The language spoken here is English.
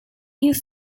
you’ve